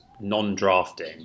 non-drafting